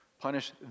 Punish